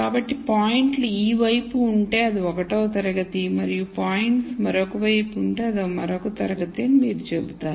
కాబట్టి పాయింట్లు ఈ వైపు ఉంటే అది 1 తరగతి మరియు పాయింట్లు మరొక వైపు ఉంటే అది మరొక తరగతి అని మీరు చెబుతారు